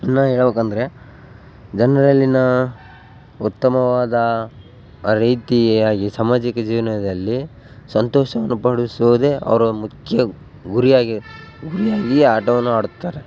ಇನ್ನು ಹೇಳ್ಬೇಕಂದ್ರೆ ಜನರಲ್ಲಿನ ಉತ್ತಮವಾದ ರೀತಿಯಾಗಿ ಸಾಮಾಜಿಕ ಜೀವನದಲ್ಲಿ ಸಂತೋಷವನ್ನು ಪಡಿಸುವುದೇ ಅವರ ಮುಖ್ಯ ಗುರಿಯಾಗಿ ಗುರಿಯಾಗಿಯೇ ಆಟವನ್ನು ಆಡುತ್ತಾರೆ